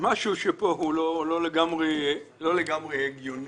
פה הוא לא לגמרי הגיוני.